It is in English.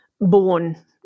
born